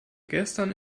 gestern